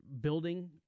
building